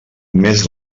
més